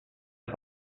del